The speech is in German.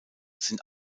sind